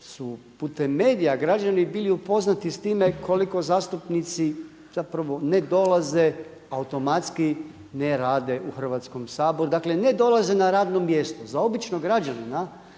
su putem medija građani bili upoznati s time koliko zastupnici zapravo ne dolaze automatski ne rade u Hrvatskom saboru. Dakle, ne dolaze na radno mjesto. Za običnog građanina